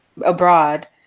abroad